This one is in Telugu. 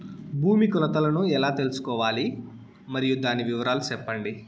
భూమి కొలతలను ఎలా తెల్సుకోవాలి? మరియు దాని వివరాలు సెప్పండి?